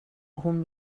hon